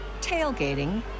tailgating